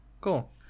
Cool